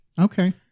Okay